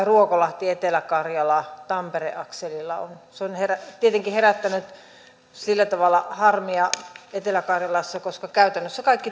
ruokolahti etelä karjala tampere akselilla on se on tietenkin herättänyt sillä tavalla harmia etelä karjalassa koska käytännössä kaikki